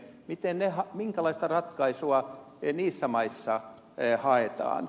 miten ne minkälaista ratkaisua ei niissä maissa ei haittaa